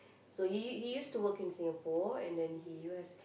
so he he used to work in Singapore and then he us~